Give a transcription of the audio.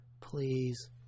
Please